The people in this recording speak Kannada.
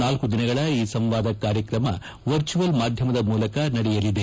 ನಾಲ್ಲು ದಿನಗಳ ಈ ಸಂವಾದ ಕಾರ್ಯಕ್ರಮ ವರ್ಚುಯಲ್ ಮಾಧ್ಯಮದ ಮೂಲಕ ನಡೆಯಲಿದೆ